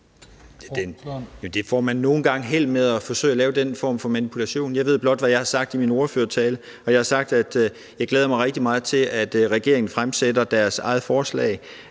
Det får man nogle gange held med, altså at forsøge at lave den form for manipulation. Jeg ved blot, hvad jeg har sagt i min ordførertale. Og jeg har sagt, at jeg glæder mig rigtig meget til, at regeringen fremsætter deres eget forslag